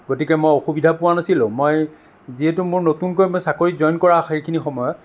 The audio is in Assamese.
গতিকে মই অসুবিধা পোৱা নাছিলোঁ মই যিহেতু মোৰ নতুনকৈ মই চাকৰিত জইন কৰা সেইখিনি সময়ত